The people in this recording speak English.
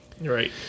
Right